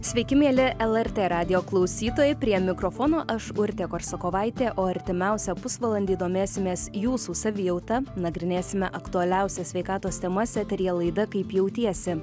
sveiki mieli lrt radijo klausytojai prie mikrofono aš urtė korsakovaitė o artimiausią pusvalandį domėsimės jūsų savijauta nagrinėsime aktualiausias sveikatos temas eteryje laida kaip jautiesi